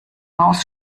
maus